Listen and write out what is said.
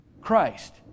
Christ